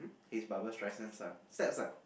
he's Barbra-Streisand son step son